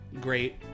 Great